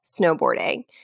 snowboarding